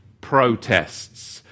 protests